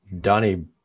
Donnie